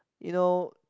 you know